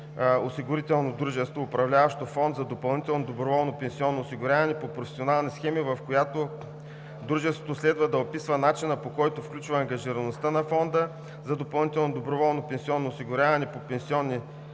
пенсионноосигурително дружество, управляващо фонд за допълнително доброволно пенсионно осигуряване по професионални схеми, в която дружеството следва да описва начина, по който включва ангажираността на фонда за допълнително доброволно пенсионно осигуряване по професионални